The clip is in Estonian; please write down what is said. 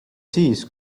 siis